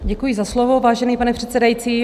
Děkuji za slovo, vážený pane předsedající.